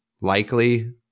likely